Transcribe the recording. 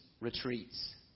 retreats